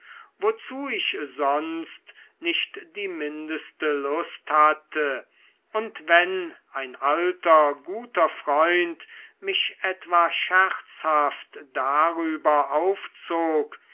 wozu ich sonst nicht die mindeste lust hatte und wenn ein alter guter freund mich etwa scherzhaft darüber aufzog